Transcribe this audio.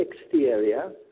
exterior